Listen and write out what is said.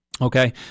Okay